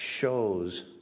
shows